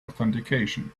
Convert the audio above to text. authentication